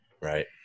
right